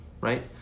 right